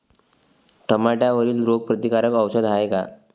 टमाट्यावरील रोग प्रतीकारक औषध हाये का?